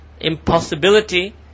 Impossibility